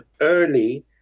early